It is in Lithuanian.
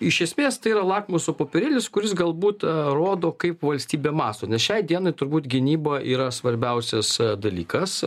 iš esmės tai yra lakmuso popierėlis kuris galbūt rodo kaip valstybė mąsto nes šiai dienai turbūt gynyba yra svarbiausias dalykas